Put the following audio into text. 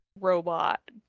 robot